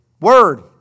word